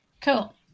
Cool